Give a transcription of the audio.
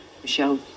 Michelle